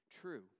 true